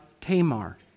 Tamar